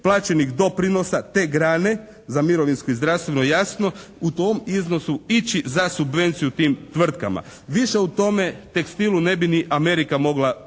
plaćenik doprinosa te grane za mirovinsko i zdravstveno jasno u tom iznosu ići za subvenciju tim tvrtkama. Više o tome tekstilu ne bi ni Amerika mogla pomoći.